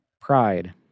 pride